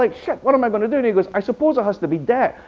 like shit, what am i going to do? and he goes, i suppose there has to be debt.